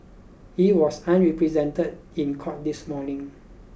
he was unrepresented in court this morning